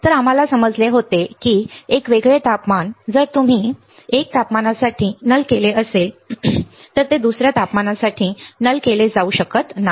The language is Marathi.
तर आम्हाला समजले होते की एक वेगळे तापमान जर तुम्ही 1 तापमानासाठी नल केले असेल तर ते दुसर्या तापमानासाठी नल केले जाऊ शकत नाही